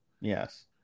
Yes